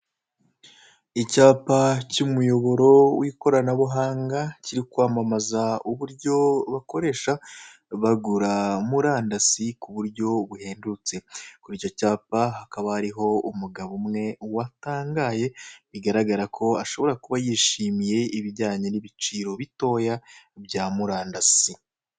Icyapa cy'umuyoboro w'ikoramabuhanga kiri kwamamaza uburyo bakoresha bagura murandasi, ku buryo buhendundutse kuri icyo cyapa hakaba hariho umugabo umwe, wayangaye bigaranara ko ashobora kuba yishimiye ibijyanye n'ibiciro bitoya bya murandasi.